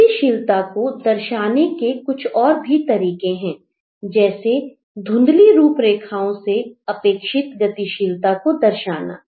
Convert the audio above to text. गतिशीलता को दर्शाने के कुछ और भी तरीके हैं जैसे धुंधली रूप रेखाओं से अपेक्षित गतिशीलता को दर्शाना